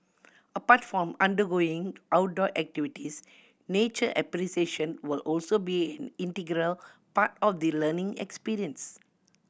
apart from undergoing outdoor activities nature appreciation will also be integral part of the learning experience